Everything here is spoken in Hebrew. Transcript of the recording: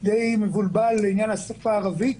די מבולבל לעניין הסקטור הערבי.